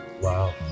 wow